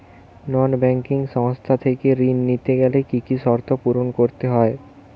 নন banking সংস্থা থেকে ঋণ নিতে গেলে কি কি শর্ত পূরণ করতে হয়?